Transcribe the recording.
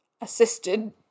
assisted